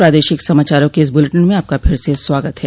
प्रादेशिक समाचारों के इस बुलेटिन में आपका फिर से स्वागत है